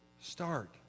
Start